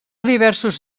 diversos